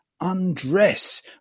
undress